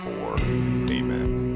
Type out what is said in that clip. Amen